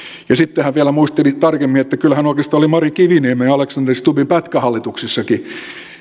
ja sitten hän vielä muisteli tarkemmin että kyllä hän oikeastaan oli mari kiviniemen ja alexander stubbin pätkähallituksissakin